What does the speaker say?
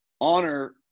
honor